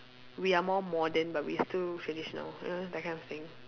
we are more modern but we still traditional you know that kind of thing